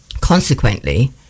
consequently